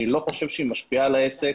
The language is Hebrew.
אני לא חושב שהיא משפיעה על העסק.